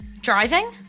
Driving